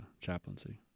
chaplaincy